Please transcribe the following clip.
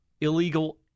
illegal